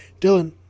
Dylan